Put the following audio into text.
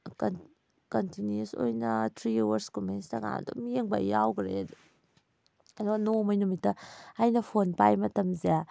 continuous ꯑꯣꯏꯅ three hours ꯀꯨꯝꯕ Instagram ꯑꯗꯨꯝ ꯌꯦꯡꯕ ꯌꯥꯎꯈ꯭ꯔꯦ ꯀꯩꯅꯣ ꯅꯣꯡꯃꯩ ꯅꯨꯃꯤꯠꯇ ꯑꯩꯅ ꯐꯣꯟ ꯄꯥꯏꯔꯤ ꯃꯇꯝꯁꯦ